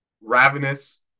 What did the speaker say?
ravenous